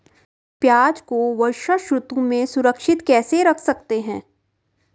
प्याज़ को वर्षा ऋतु में सुरक्षित कैसे रख सकते हैं?